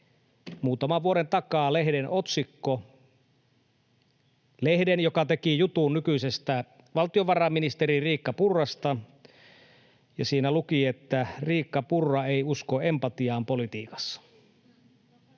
muutaman vuoden takaa lehden otsikko, lehden, joka teki jutun nykyisestä valtiovarainministeri Riikka Purrasta, ja siinä luki, että Riikka Purra ei usko empatiaan politiikassa.